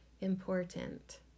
important